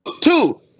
two